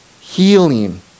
Healing